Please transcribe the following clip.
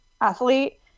athlete